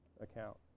account